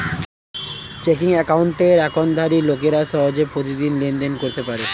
checking অ্যাকাউন্টের অ্যাকাউন্টধারী লোকেরা সহজে প্রতিদিন লেনদেন করতে পারে